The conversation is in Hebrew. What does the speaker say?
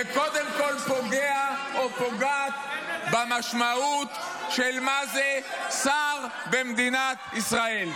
וקודם כול פוגע או פוגעת במשמעות של מה זה שר במדינת ישראל.